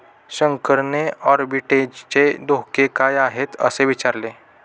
शंकरने आर्बिट्रेजचे धोके काय आहेत, असे विचारले